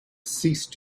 ceased